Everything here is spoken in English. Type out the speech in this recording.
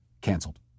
canceled